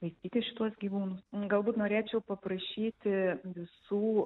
laikyti šituos gyvūnus galbūt norėčiau paprašyti visų